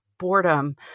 boredom